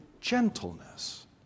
gentleness